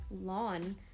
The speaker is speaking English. lawn